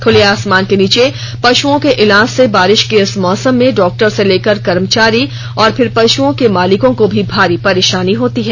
खुले आसमान के नीचे पशुओं के इलाज से बारिश के इस मौसम में डाक्टर से लेकर कर्मचारी और फिर पशुओं के मालिकों को भी भारी परेशानी होती है